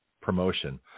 promotion